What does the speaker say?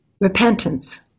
repentance